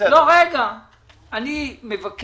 אני הולך